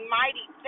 mighty